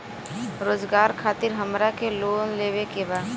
रोजगार खातीर हमरा के लोन लेवे के बा?